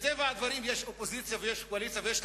מטבע הדברים יש קואליציה ויש אופוזיציה ויש את